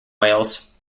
wales